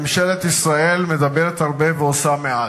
ממשלת ישראל מדברת הרבה ועושה מעט.